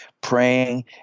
praying